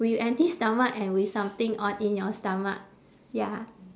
with empty stomach and with something on in your stomach ya